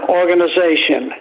organization